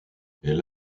elle